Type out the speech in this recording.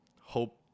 hope